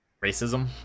racism